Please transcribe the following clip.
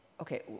Okay